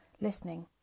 Listening